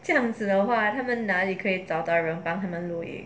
这样子的话他们哪里可以找到人帮他们录音